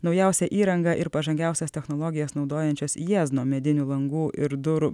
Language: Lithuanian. naujausią įrangą ir pažangiausias technologijas naudojančios jiezno medinių langų ir durų